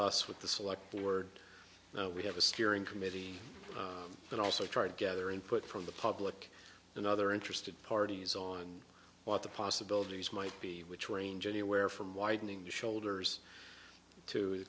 us with the select word we have a steering committee but also try to gather input from the public and other interested parties on what the possibilities might be which range anywhere from widening the shoulders to the